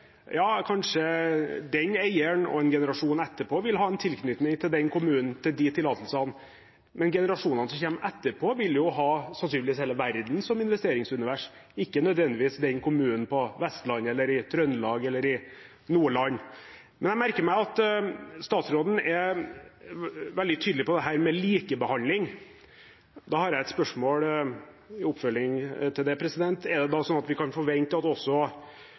kanskje den eieren og en generasjon etterpå vil ha en tilknytning til den kommunen, til de tillatelsene, men generasjonene som kommer etterpå, vil sannsynligvis ha hele verden som investeringsunivers, ikke nødvendigvis den kommunen på Vestlandet, i Trøndelag eller i Nordland. Jeg merker meg at statsråden er veldig tydelig på dette med likebehandling. Da har jeg et spørsmål i oppfølging av det: Er det da sånn at vi kan forvente at også